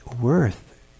worth